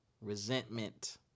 resentment